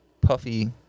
puffy